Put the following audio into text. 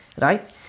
Right